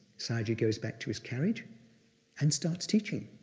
sayagyi goes back to his carriage and starts teaching.